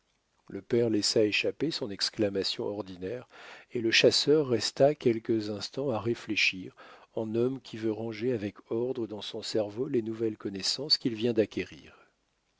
le père laissa échapper son exclamation ordinaire et le chasseur resta quelques instants à réfléchir en homme qui veut ranger avec ordre dans son cerveau les nouvelles connaissances qu'il vient